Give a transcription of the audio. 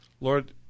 Lord